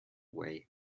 way